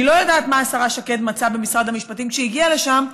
אני לא יודעת מה השרה שקד מצאה במשרד המשפטים כשהיא הגיעה לשם,